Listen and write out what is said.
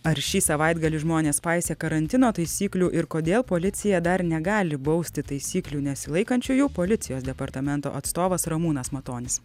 ar šį savaitgalį žmonės paisė karantino taisyklių ir kodėl policija dar negali bausti taisyklių nesilaikančiųjų policijos departamento atstovas ramūnas matonis